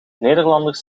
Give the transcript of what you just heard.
nederlanders